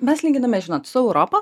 mes lyginame žinot su europa